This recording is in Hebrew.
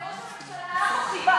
וראש הממשלה,